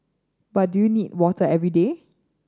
but do you need water every day